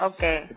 Okay